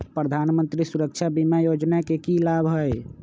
प्रधानमंत्री सुरक्षा बीमा योजना के की लाभ हई?